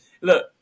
Look